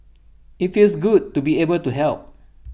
IT feels good to be able to help